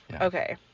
okay